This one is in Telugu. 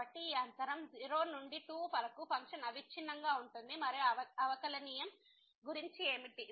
కాబట్టి ఈ అంతరం 0 నుండి 2 వరకు ఫంక్షన్ అవిచ్ఛిన్నంగా ఉంటుంది మరియు అవకలనియమం గురించి ఏమిటి